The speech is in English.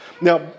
Now